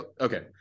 okay